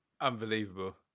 Unbelievable